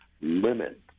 limit